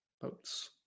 Boats